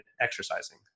exercising